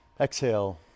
Exhale